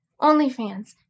OnlyFans